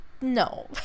No